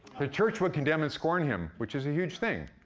the church would condemn and scorn him, which is a huge thing.